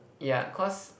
yeah cause